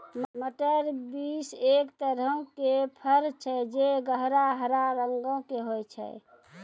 मटर बींस एक तरहो के फर छै जे गहरा हरा रंगो के होय छै